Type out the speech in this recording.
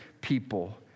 people